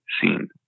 seen